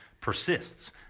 persists